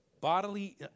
bodily